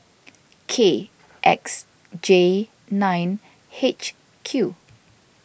K X J nine H Q